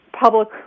public